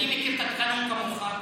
אני מכיר את התקנון כמוך.